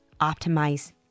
optimize